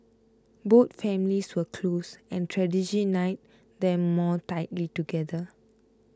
both families were close and tragedy knit them more tightly together